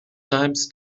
times